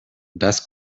das